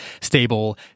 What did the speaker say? stable